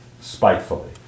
spitefully